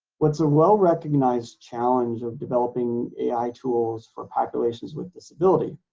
what's a well recognized challenge of developing ai tools for populations with disability?